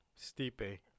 Stipe